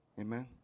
Amen